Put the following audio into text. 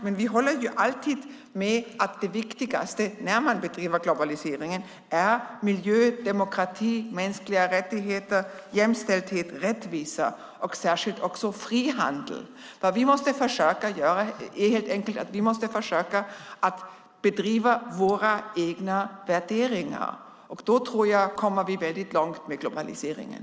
Men vi håller alltid med att det viktigaste när man driver globaliseringen är miljö, demokrati, mänskliga rättigheter, jämställdhet, rättvisa och särskilt frihandel. Vi måste försöka att driva våra egna värderingar. Då kommer vi väldigt långt med globaliseringen.